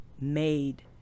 made